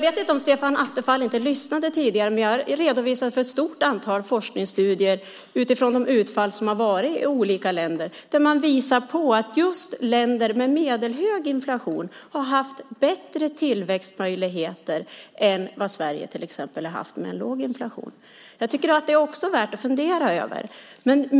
Stefan Attefall kanske inte lyssnade tidigare, men jag redogjorde för ett stort antal forskningsstudier utifrån de utfall som funnits i olika länder. Där visar man att just länder med medelhög inflation haft bättre tillväxtmöjligheter än till exempel Sverige som haft låg inflation. Jag tycker att också det är värt att fundera över.